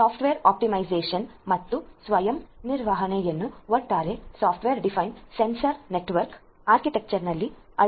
software optimisation ಮತ್ತು ಸ್ವಯಂ ನಿರ್ವಹಣೆಯನ್ನು ಒಟ್ಟಾರೆ ಸಾಫ್ಟ್ವೇರ್ ಡಿಫೈನ್ಡ್ ಸೆನ್ಸಾರ್ ನೆಟ್ವರ್ಕ್ ಆರ್ಕಿಟೆಕ್ಚರ್ನಲ್ಲಿ ಅಳವಡಿಸಬೇಕಾಗಿದೆ